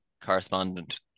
correspondent